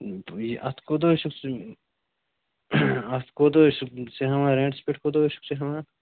یہِ اَتھ کوٗتاہ حظ چھُکھ ژٕ اَتھ کوٗتاہ حظ چھُکھ ژٕ ہٮ۪وان رٮ۪نٹَس پٮ۪ٹھ کوٗتاہ حظ چھُکھ ژٕ ہٮ۪وان اَتھ